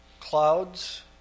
clouds